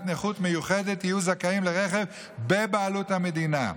נכות מיוחדת יהיו זכאים לרכב בבעלות המדינה.